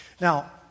Now